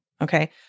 Okay